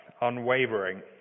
unwavering